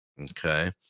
Okay